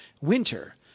winter